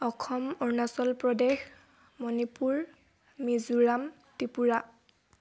Assam Arunachal Pradesh Manipur Mizoram Tripura